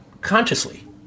consciously